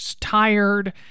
tired